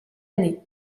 année